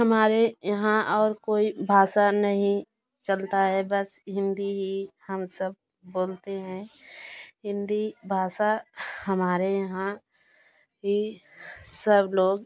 हमारे यहाँ और कोई भाषा नहीं चलता है बस हिंदी ही हम सब बोलते हैं हिंदी भाषा हमारे यहाँ भी सब लोग